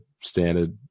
standard